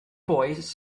boys